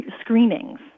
screenings